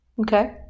Okay